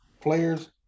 players